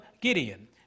Gideon